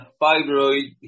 fibroid